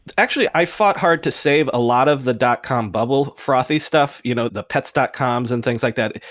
actually, i fought hard to save a lot of the dot-com bubble frothy stuff you know the pets dot com s and things like that.